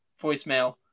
voicemail